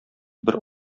бер